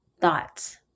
thoughts